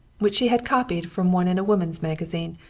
which she had copied from one in a woman's magazine,